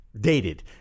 dated